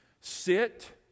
Sit